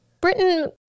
Britain